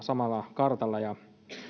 samalla kartalla